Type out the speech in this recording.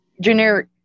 generic